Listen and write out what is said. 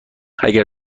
اگه